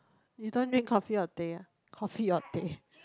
you don't drink coffee or teh ah coffee or teh